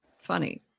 funny